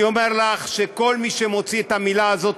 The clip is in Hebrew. אני אומר לך שכל מי שמוציא את המילה הזאת